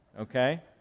okay